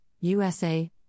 USA